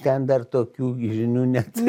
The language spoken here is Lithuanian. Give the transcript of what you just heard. ten dar tokių gi žinių netu